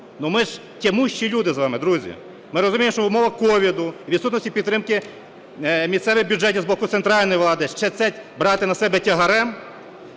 Ми ж тямущі люди з вами друзі. Ми розуміємо, що в умовах COVID, відсутності підтримки місцевих бюджетів з боку центральної влади, ще це брати на себе тягарем…